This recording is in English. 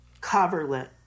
coverlet